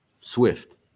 Swift